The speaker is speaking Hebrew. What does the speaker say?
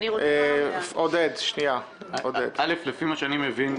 עודד, בבקשה.